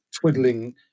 twiddling